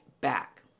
back